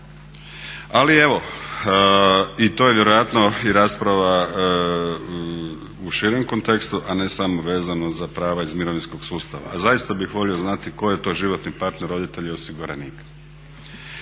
Ali evo, i to je vjerojatno i rasprava u širem kontekstu, a ne samo vezano za prava iz mirovinskog sustava. A zaista bih volio znati tko je to životni partner roditelja osiguranika.